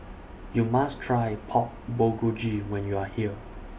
YOU must Try Pork Bulgogi when YOU Are here